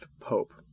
Pope